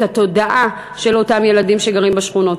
התודעה של אותם ילדים שגרים בשכונות.